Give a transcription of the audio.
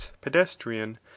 pedestrian